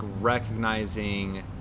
recognizing